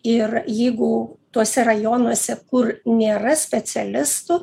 ir jeigu tuose rajonuose kur nėra specialistų